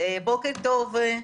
הסגרים נפתחים, נסגרים,